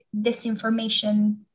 disinformation